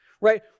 Right